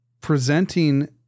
presenting